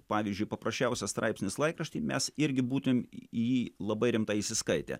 pavyzdžiui paprasčiausias straipsnis laikrašty mes irgi būtumėm į jį labai rimtai įsiskaitę